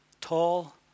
tall